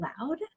loud